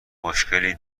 مشکی